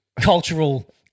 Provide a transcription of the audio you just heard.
cultural